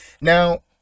Now